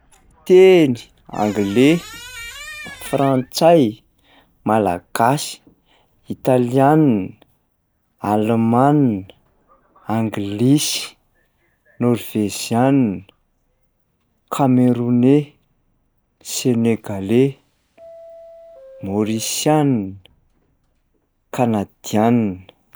Fiteny anglais, frantsay, malagasy, italiana, alemanina, anglisy, nôrveziana, camerounais, sénégalais, maorisiana, kanadiana.